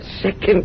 Second